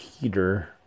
Peter